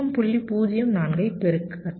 04 ஐ பெருக்கட்டும்